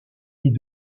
est